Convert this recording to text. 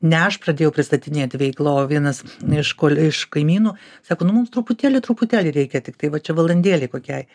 ne aš pradėjau pristatinėti veiklą o vienas iš kol iš kaimynų sako nu mums truputėlį truputėlį reikia tiktai va čia valandėlei kokiai